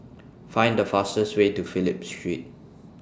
Find The fastest Way to Phillip Street